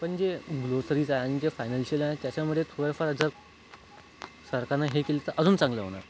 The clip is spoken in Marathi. पण जे ग्रोसरीज आहे आणि जे फायनानशियल आहे त्याच्यामध्ये थोडेफार जर सरकारने हे केले तर अजून चांगले होणार